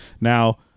Now-